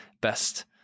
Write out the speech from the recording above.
best